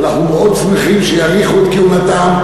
אנחנו מאוד נשמח שיאריכו את כהונתם,